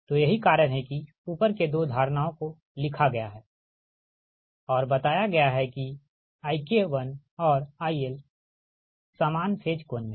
तो यही कारण है कि ऊपर के दो धारणाओं को लिखा गया है और बताया गया है कि IK1 और IL समान फेज कोण में है